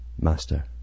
master